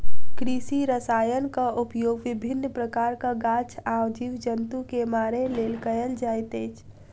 कृषि रसायनक उपयोग विभिन्न प्रकारक गाछ आ जीव जन्तु के मारय लेल कयल जाइत अछि